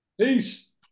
Peace